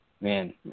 Man